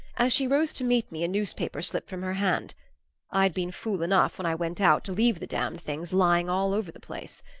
as she rose to meet me a newspaper slipped from her hand i'd been fool enough, when i went out, to leave the damned things lying all over the place.